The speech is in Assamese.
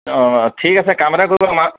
অঁ ঠিক আছে কাম এটা কৰিব আমাক